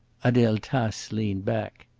adele tace leaned back.